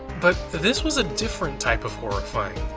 but this was a different type of horrifying.